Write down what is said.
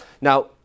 Now